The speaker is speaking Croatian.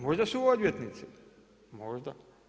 Možda su odvjetnici, možda.